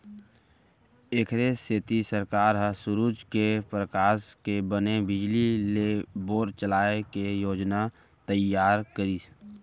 एखरे सेती सरकार ह सूरूज के परकास के बने बिजली ले बोर चलाए के योजना तइयार करिस